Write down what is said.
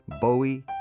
Bowie